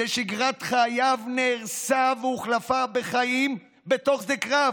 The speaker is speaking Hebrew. ששגרת חייו נהרסה והוחלפה בחיים בתוך שדה קרב.